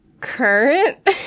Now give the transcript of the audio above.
current